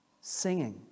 singing